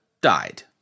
died